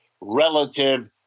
relative